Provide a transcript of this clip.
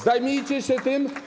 Zajmijcie się tym.